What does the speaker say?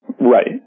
Right